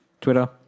Twitter